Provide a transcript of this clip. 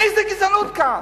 איזה גזענות יש כאן?